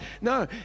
No